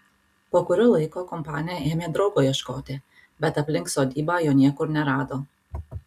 po kurio laiko kompanija ėmė draugo ieškoti bet aplink sodybą jo niekur nerado